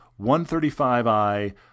135i